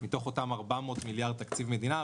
מתוך 400 מיליארד תקציב מדינה.